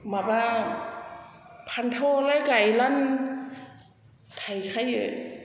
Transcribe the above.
माबा फानथावआलाय गायब्लानो थायखायो